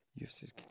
UFC's